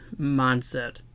mindset